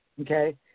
okay